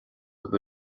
libh